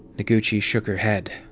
noguchi shook her head.